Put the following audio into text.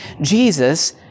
Jesus